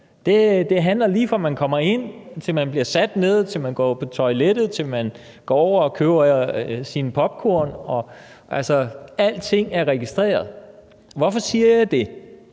Det handler, lige fra man kommer ind, til man bliver sat ned, til man går på toilettet, til man går over og køber sine popkorn, om, at alting er registreret. Hvorfor siger jeg det?